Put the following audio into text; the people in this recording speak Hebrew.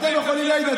אתם יכולים להעיד,